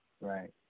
Right